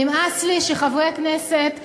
נמאס לי שחברי כנסת --- תתפטרי,